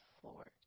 floor